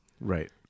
right